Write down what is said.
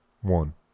One